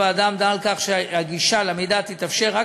הוועדה עמדה על כך שהגישה למידע תתאפשר רק